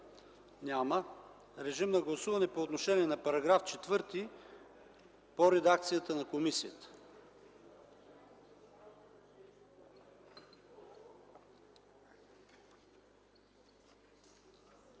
Няма. Режим на гласуване по отношение на § 4 по редакцията на комисията.